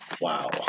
wow